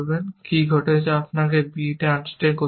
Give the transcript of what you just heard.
কি ঘটেছে আপনাকে b আনস্ট্যাক করতে হবে